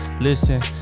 listen